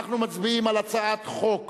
אנחנו מצביעים על הצעת חוק